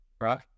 right